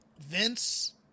Vince